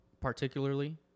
particularly